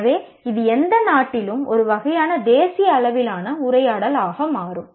எனவே இது எந்த நாட்டிலும் ஒரு வகையான தேசிய அளவிலான உரையாடலாக மாறும்